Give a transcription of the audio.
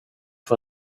för